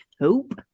hope